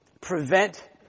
prevent